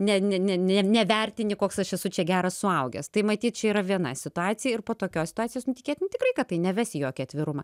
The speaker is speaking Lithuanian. ne ne ne ne nevertini koks aš esu čia geras suaugęs tai matyt čia yra viena situacija ir po tokios situacijos nu tikėtina tikrai kad tai neves į jokį atvirumą